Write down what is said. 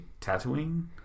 tattooing